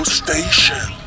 station